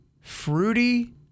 fruity